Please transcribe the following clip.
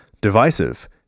divisive